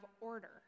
order